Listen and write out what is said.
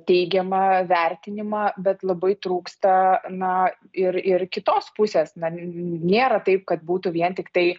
teigiamą vertinimą bet labai trūksta na ir ir kitos pusės nėra taip kad būtų vien tiktai